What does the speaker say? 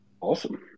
awesome